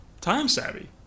time-savvy